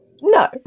No